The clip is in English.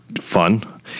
fun